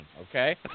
okay